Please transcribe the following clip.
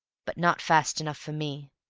but not fast enough for me.